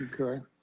Okay